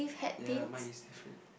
ya mine is different